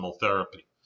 therapy